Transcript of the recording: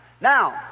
Now